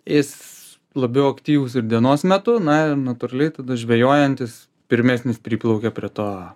jis labiau aktyvūs ir dienos metu na natūraliai tada žvejojantis pirmesnis priplaukia prie to